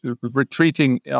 retreating